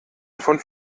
von